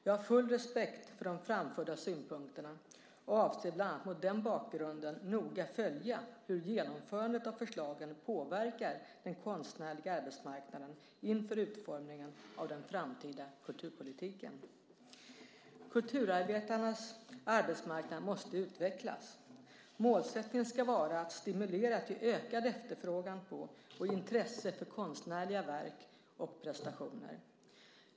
Jag har full respekt för de framförda synpunkterna och avser bland annat mot den bakgrunden att noga följa hur genomförandet av förslagen påverkar den konstnärliga arbetsmarknaden inför utformningen av den framtida kulturpolitiken. Kulturarbetarnas arbetsmarknad måste utvecklas. Målsättningen ska vara att stimulera till ökad efterfrågan på och intresse för konstnärliga verk och prestationer.